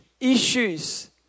issues